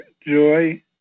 joy